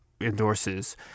endorses